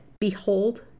Behold